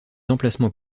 emplacements